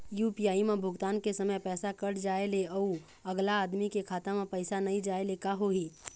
UPI म भुगतान के समय पैसा कट जाय ले, अउ अगला आदमी के खाता म पैसा नई जाय ले का होही?